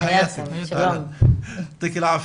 היאתם אסלי.